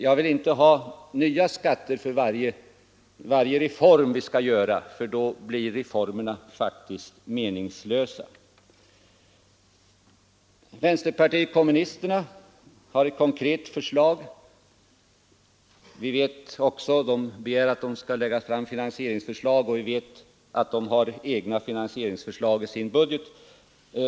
Jag vill inte ha nya skatter för varje reform som införs. Då blir reformerna faktiskt meningslösa. Vänsterpartiet kommunisterna begär att ett finansieringsförslag skall framläggas, och vi vet att de också har egna finansieringsförslag i sin budget.